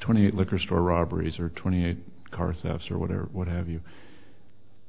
twenty eight look restorer robberies or twenty eight car thefts or whatever what have you